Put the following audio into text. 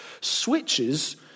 switches